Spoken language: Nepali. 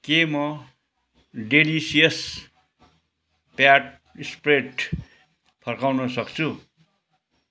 के म डेलिसियस फ्याट स्प्रेड फर्काउन सक्छु